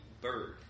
bird